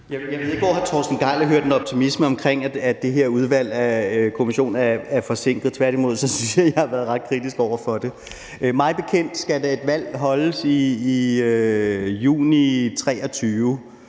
Jeg ved ikke, hvor hr. Torsten Gejl har hørt en optimisme, i forhold til at den her kommission er forsinket; tværtimod synes jeg, at jeg har været ret kritisk over for det. Mig bekendt skal et valg afholdes i juni 2023.